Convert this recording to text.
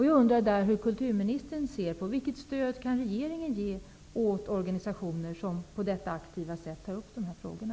Jag undrar vilket stöd regeringen kan ge åt organisationer som på detta aktiva sätt tar upp de här frågorna.